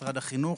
משרד החינוך,